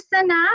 enough